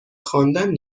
خواندن